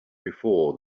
before